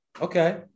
Okay